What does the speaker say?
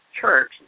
church